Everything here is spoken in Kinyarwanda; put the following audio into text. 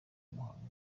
muhango